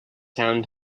town